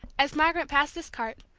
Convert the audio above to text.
as margaret passed this cart,